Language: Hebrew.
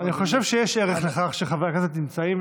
אני חושב שיש ערך לכך שחברי כנסת נמצאים,